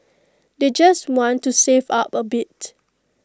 they just want to save up A bit